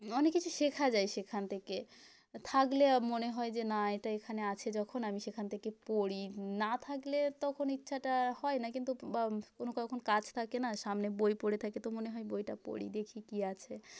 অনেক কিছু শেখা যায় সেখান থেকে থাকলে মনে হয় যে না এটা এখানে আছে যখন আমি সেখান থেকে পড়ি না থাকলে তখন ইচ্ছাটা আর হয় না কিন্তু ব কোনও কখন কাজ থাকে না সামনে বই পড়ে থাকে তো মনে হয় বইটা পড়ি দেখি কী আছে